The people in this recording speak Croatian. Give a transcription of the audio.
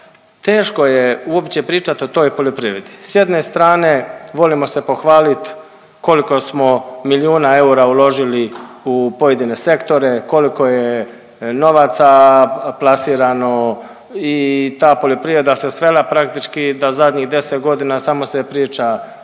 teško je uopće pričat o toj poljoprivredi. S jedne strane volimo se pohvaliti koliko smo milijuna eura uložili u pojedine sektore, koliko je novaca plasirano i ta poljoprivreda se svela praktički da zadnjih 10 godina samo se priča